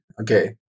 Okay